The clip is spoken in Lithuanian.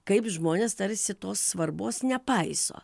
kaip žmonės tarsi tos svarbos nepaiso